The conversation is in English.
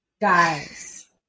Guys